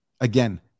again